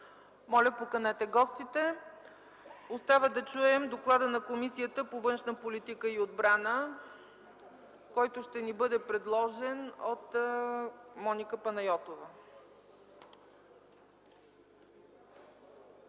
Моля, поканете гостите. Остава да чуем доклада на Комисията по външна политика и отбрана, който ще ни бъде предложен от Моника Панайотова.